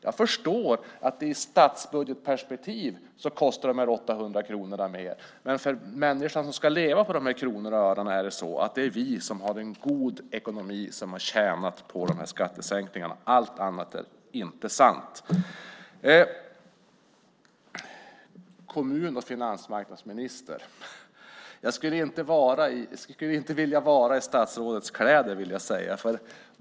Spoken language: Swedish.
Jag förstår att i statsbudgetperspektiv kostar dessa 800 kronor mer, men för den människa som ska leva på dessa kronor och ören är det vi som har en god ekonomi som har tjänat på skattesänkningarna. Allt annat är inte sant. Kommun och finansmarknadsminister - jag skulle inte vilja vara i statsrådets kläder.